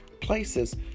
places